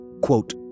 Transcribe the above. quote